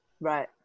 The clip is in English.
Right